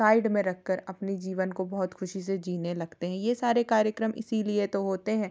side में रख कर अपने जीवन को बहुत ख़ुशी से जीने लगते हैं ये सारे कार्यक्रम इसीलिए तो होते हैं